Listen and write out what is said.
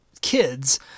kids